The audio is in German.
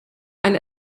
ein